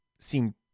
seem